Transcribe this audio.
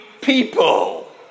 people